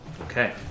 Okay